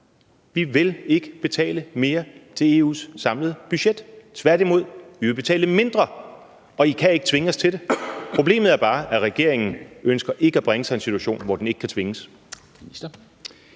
vi vil ikke betale mere til EU's samlede budget, tværtimod vil vi betale mindre, og I kan ikke tvinge os til det. Problemet er bare, at regeringen ikke ønsker at bringe sig i en situation, hvor den ikke kan tvinges.